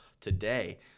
today